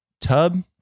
tub